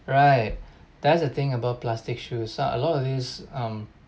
right that's the thing about plastic shoes uh a lot of these um